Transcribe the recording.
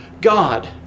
God